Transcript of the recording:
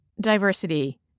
Diversity